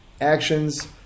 actions